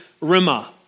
rima